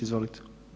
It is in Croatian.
Izvolite.